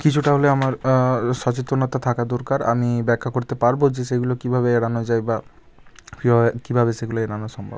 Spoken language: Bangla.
কিছুটা হলেও আমার সচেতনতা থাকা দরকার আমি ব্যাখ্যা করতে পারবো যে সেইগুলো কীভাবে এড়ানো যায় বা কীভাবে কীভাবে সেগুলো এড়ানো সম্ভব